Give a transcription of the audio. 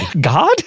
God